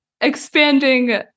expanding